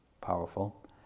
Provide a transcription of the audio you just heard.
powerful